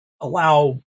Allow